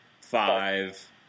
five